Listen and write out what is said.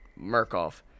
Murkoff